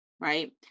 right